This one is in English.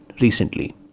recently